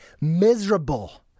miserable